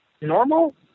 normal